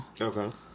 Okay